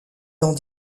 dans